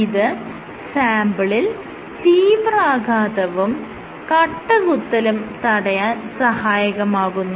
ഇത് സാംപിളിൽ തീവ്രാഘാതവും കട്ടകുത്തലും തടയാൻ സഹായകമാകുന്നു